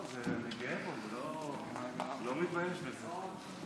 אני גאה בו, אני לא מתבייש בזה.